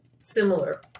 similar